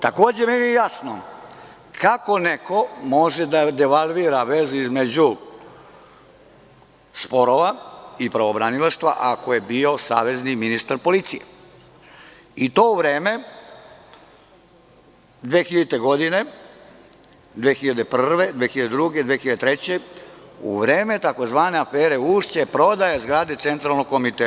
Takođe, nije mi jasno kako neko može da devalvira vezu između sporova i pravobranilaštva ako je bio savezni ministar policije i to u vreme 2000, 2001, 2002, 2003. godine, u vreme tzv. afere „Ušće“, prodaje zgrade Centralnog komiteta?